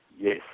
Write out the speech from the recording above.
Yes